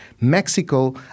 Mexico